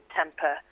temper